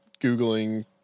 Googling